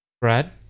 Brad